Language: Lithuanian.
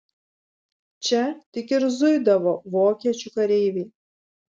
čia tik ir zuidavo vokiečių kareiviai